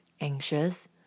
anxious